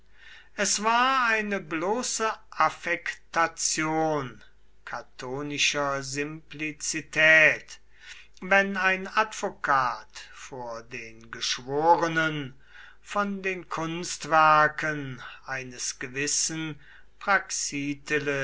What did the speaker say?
es war eine bloße affektation catonischer simplizität wenn ein advokat vor den geschworenen von den kunstwerken eines gewissen